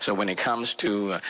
so when it comes to,